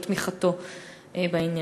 על תמיכתו בעניין.